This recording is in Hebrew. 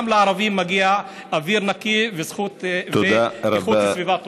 גם לערבים מגיע אוויר נקי וזכות לאיכות סביבה טובה.